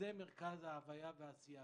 זה מרכז ההוויה והעשייה,